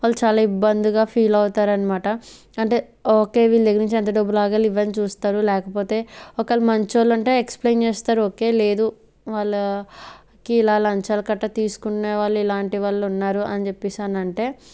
వాళ్ళు చాల ఇబ్బంది గా ఫీల్ అవుతారన్నమాట అంటే ఓకే వీళ్ళ దగ్గర నుంచి ఎంత డబ్బు లాగాలి ఇవన్నీ చూస్తారు లేకపోతే ఒకవేళ మంచోళ్ళు ఉంటే ఎక్స్ప్లెయిన్ చేస్తారు ఓకే లేదు వాళ్ళకి ఇలా లంచాలు గట్రా తీసుకునే వాళ్ళు ఇలాంటి వాళ్ళు ఉన్నారు అని చెప్పేసి అనంటే